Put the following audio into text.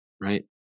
right